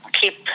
keep